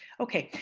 okay.